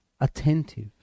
attentive